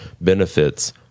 benefits